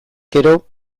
gero